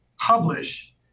publish